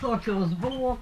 tokios buvo